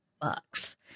bucks